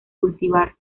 cultivar